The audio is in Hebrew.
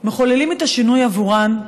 מחוללים את השינוי עבורן,